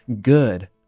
good